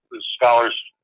scholars